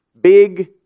big